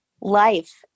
life